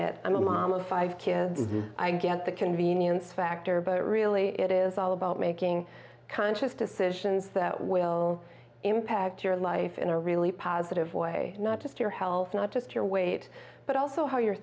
it i'm a mom of five kids i get the convenience factor but really it is all about making conscious decisions that will impact your life in a really positive way not just your health not just your weight but also how you're